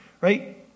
right